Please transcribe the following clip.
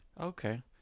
Okay